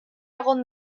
egon